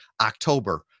October